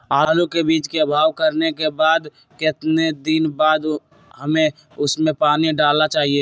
आलू के बीज के भाव करने के बाद कितने दिन बाद हमें उसने पानी डाला चाहिए?